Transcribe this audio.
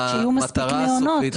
שיהיו מספיק מעונות.